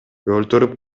өлтүрүп